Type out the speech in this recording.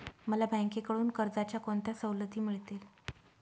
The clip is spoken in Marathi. मला बँकेकडून कर्जाच्या कोणत्या सवलती मिळतील?